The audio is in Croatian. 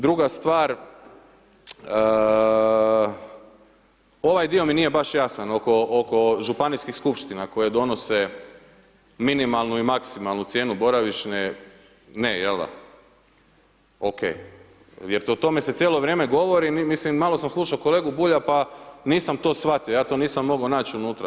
Druga stvar, ovaj dio mi nije baš jasan oko županijskih skupština koje donose minimalnu i maksimalnu cijenu boravišne, ne jel da, OK, jer o tome se cijelo vrijeme govori, malo sam slušo kolegu Bulj pa nisam to shvatio, ja to nisam mogo nać unutra.